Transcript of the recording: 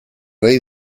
ley